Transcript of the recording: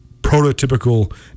prototypical